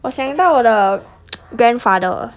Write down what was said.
我想到我的 grandfather